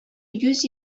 yüz